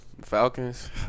Falcons